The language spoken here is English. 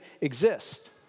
exist